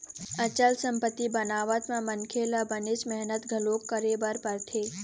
अचल संपत्ति बनावत म मनखे ल बनेच मेहनत घलोक करे बर परथे